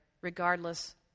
regardless